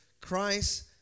Christ